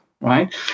right